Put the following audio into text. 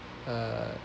uh